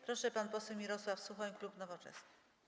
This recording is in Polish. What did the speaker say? Proszę, pan poseł Mirosław Suchoń, klub Nowoczesna.